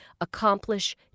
accomplish